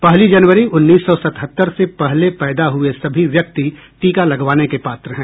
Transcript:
पहली जनवरी उन्नीस सौ सतहत्तर से पहले पैदा हुए सभी व्यक्ति टीका लगवाने के पात्र हैं